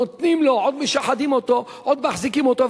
נותנים לו, עוד משחדים אותו, עוד מחזיקים אותו.